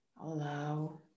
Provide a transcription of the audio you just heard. allow